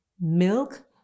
milk